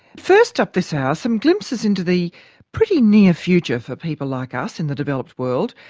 first up this hour, some glimpses into the pretty near future for people like us, in the developed world,